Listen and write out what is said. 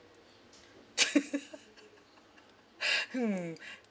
hmm